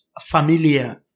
familiar